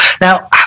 Now